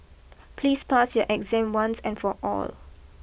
please pass your exam once and for all